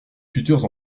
futurs